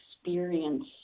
experience